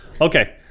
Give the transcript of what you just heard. Okay